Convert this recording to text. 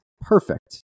Perfect